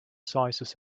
sizes